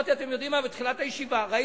בתחילת הישיבה אמרתי,